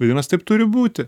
vadinasi taip turi būti